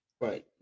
right